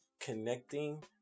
connecting